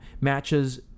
matches